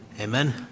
Amen